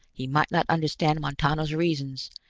he might not understand montano's reasons,